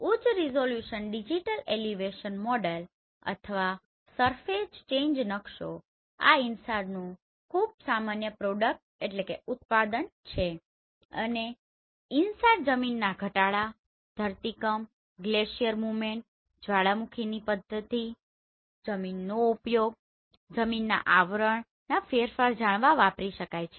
ઉચ્ચ resolution digital elevation model અથવા surface change નકશો આ InSARનું ખૂબ સામાન્ય પ્રોડક્ટProduct ઉત્પાદન છે અને InSAR જમીનના ઘટાડા ધરતીકંપ ગ્લેશિયર મૂવમેન્ટ જ્વાળામુખીની પ્રવૃત્તિ જમીનનો ઉપયોગ જમીનના આવરણના ફેરફારને જાણવા વાપરી શકાય છે